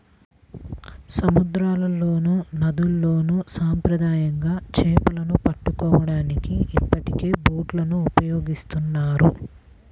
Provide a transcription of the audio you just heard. సముద్రాల్లోనూ, నదుల్లోను సాంప్రదాయకంగా చేపలను పట్టుకోవడానికి ఇప్పటికే బోట్లను ఉపయోగిస్తున్నారు